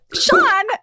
Sean